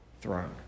throne